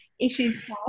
issues